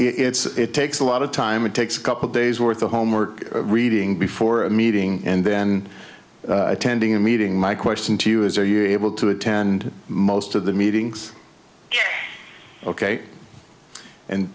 it's it takes a lot of time it takes a couple days worth of homework reading before a meeting and then attending a meeting my question to you is are you able to attend most of the meetings ok and